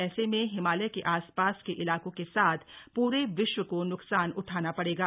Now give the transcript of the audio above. ऐसे में हिमालय के आसपास के इलाकों के साथ पूरे विश्व को नुकसान उठाना पड़ेगा